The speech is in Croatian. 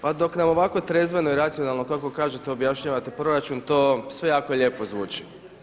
Pa dok nam ovako trezveno i racionalno kako kažete objašnjavate proračun to sve jako lijepo zvuči.